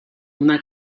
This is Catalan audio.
una